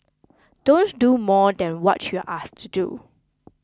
don't do more than what you're asked to do